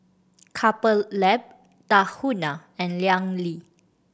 Couple Lab Tahuna and Liang